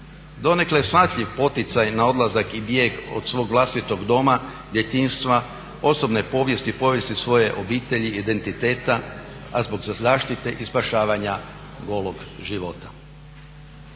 Donekle je shvatljiv poticaj na odlazak i bijeg od svog vlastitog doma, djetinjstva, osobne povijesti, povijesti svoje obitelji, identiteta a zbog zaštite i spašavanja golog života.